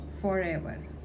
forever